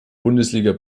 bundesliga